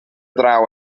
draw